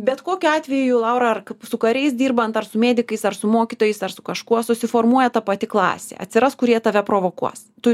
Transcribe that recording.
bet kokiu atveju laura ar su kariais dirbant ar su medikais ar su mokytojais ar su kažkuo susiformuoja ta pati klasė atsiras kurie tave provokuos tu